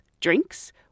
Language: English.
drinks